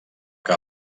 que